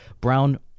Brown